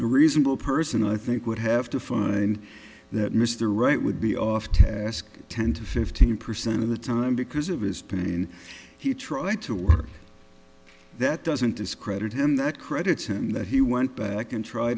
reasonable person i think would have to find that mr right would be off task ten to fifteen percent of the time because of his pain he try to work that doesn't discredit him that credit's him that he went back and tr